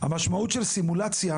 המשמעות של סימולציה